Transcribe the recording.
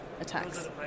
Attacks